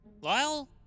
Lyle